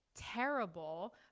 terrible